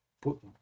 put